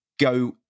go